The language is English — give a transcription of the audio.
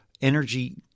energy